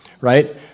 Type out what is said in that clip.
right